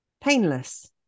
painless